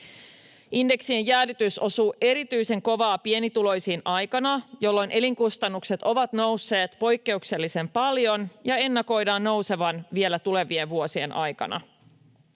Indeksien jäädytys osuu erityisen kovaa pienituloisiin aikana, jolloin elinkustannukset ovat nousseet poikkeuksellisen paljon ja niiden ennakoidaan nousevan vielä tulevien vuosien aikana.